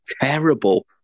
terrible